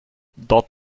dot